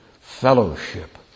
fellowship